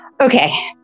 okay